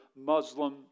Muslim